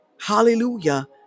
Hallelujah